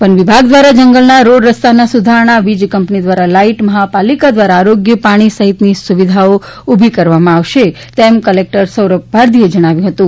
one વિભાગ દ્વારા જંગલના રોડ રસ્તા ની સુધારણા વીજ કંપની દ્વારા લાઈટ મફાપાલિકા દ્વારા આરોગ્ય પાણી સફિતની સુવિધા ઉભી કરવા માં આવશે તેમ કલેક્ટર સૌરભ પારધીએ જણાવ્યું ફતું